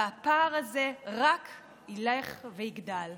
הפער הזה רק ילך ויגדל.